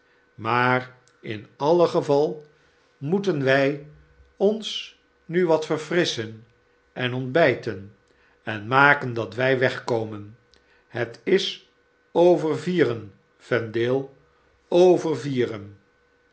maar in alle geval moeten wy ons nu wat verfrisschen en ontbyten en maken dat wy weg komen het is over vieren vendale over vierenl